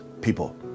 people